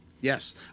yes